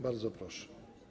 Bardzo proszę.